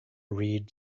read